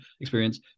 experience